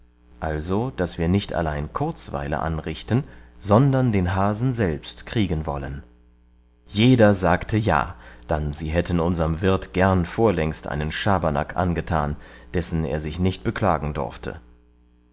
also daß wir nicht allein kurzweile anrichten sondern den hasen selbst kriegen wollen jeder sagte ja dann sie hätten unserm wirt gern vorlängst einen schabernack angetan dessen er sich nicht beklagen dorfte